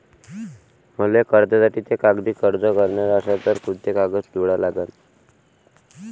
मले कर्जासाठी थे कागदी अर्ज कराचा असन तर कुंते कागद जोडा लागन?